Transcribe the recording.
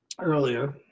earlier